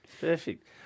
Perfect